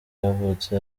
yavutse